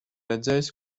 redzējis